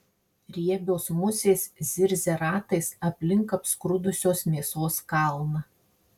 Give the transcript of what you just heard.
riebios musės zirzia ratais aplink apskrudusios mėsos kalną